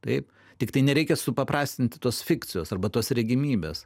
taip tiktai nereikia supaprastinti tos fikcijos arba tos regimybės